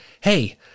Hey